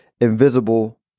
invisible